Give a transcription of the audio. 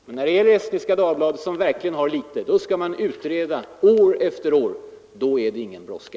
Men när det gäller Estniska Dagbladet, som verkligen ”har litet”, skall man utreda år efter år utan att något händer. Då är det ingen brådska.